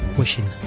wishing